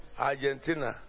Argentina